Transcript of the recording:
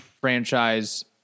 franchise